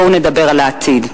בואו נדבר על העתיד,